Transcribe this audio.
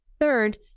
Third